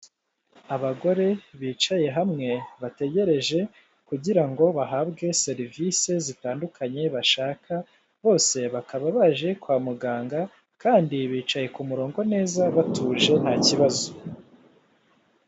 Abagore bicaye hamwe bategereje kugira ngo bahabwe serivisi zitandukanye bashaka bose bakaba baje kwa muganga kandi bicaye ku murongo neza batuje nta kibazo.